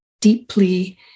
deeply